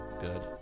Good